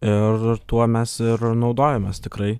ir tuo mes ir naudojamės tikrai